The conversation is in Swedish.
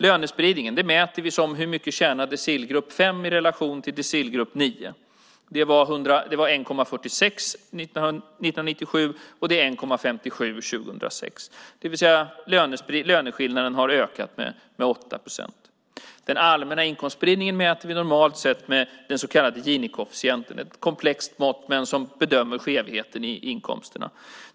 Lönespridningen mäter vi i hur mycket decilgrupp 5 tjänar i relation till decilgrupp 9. Det var 1,46 år 1997 och 1,57 år 2006, det vill säga att löneskillnaderna ökade med 8 procent. Den allmänna inkomstspridningen mäter vi normalt sett med den så kallade Gini-koefficienten. Det är ett komplext mått för att bedöma skevheten i inkomsterna.